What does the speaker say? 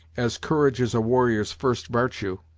as courage is a warrior's first vartue,